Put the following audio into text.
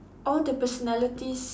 all the personalities